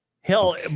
Hell